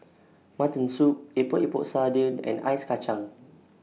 Mutton Soup Epok Epok Sardin and Ice Kacang